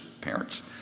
parents